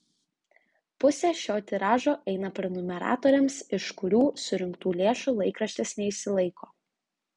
pusė šio tiražo eina prenumeratoriams iš kurių surinktų lėšų laikraštis neišsilaiko